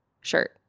shirt